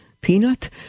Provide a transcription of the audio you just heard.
peanut